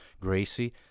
gracie